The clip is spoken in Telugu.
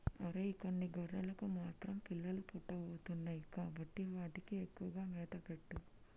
ఒరై కొన్ని గొర్రెలకు మాత్రం పిల్లలు పుట్టబోతున్నాయి కాబట్టి వాటికి ఎక్కువగా మేత పెట్టు